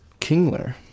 Kingler